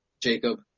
jacob